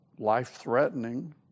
life-threatening